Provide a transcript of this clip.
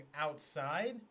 outside